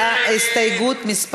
נא